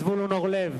חברי חברי הכנסת,